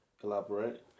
Collaborate